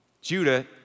Judah